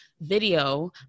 video